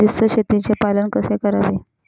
बंदिस्त शेळीचे पालन कसे करावे?